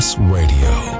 Radio